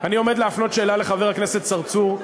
אני עומד להפנות שאלה לחבר הכנסת צרצור,